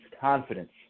confidence